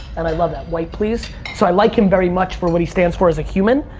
and i love that, white, please. so i like him very much for what he stands for as a human,